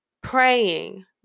praying